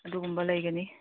ꯑꯗꯨꯒꯨꯝꯕ ꯂꯩꯒꯅꯤ